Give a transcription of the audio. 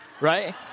right